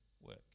work